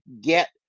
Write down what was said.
get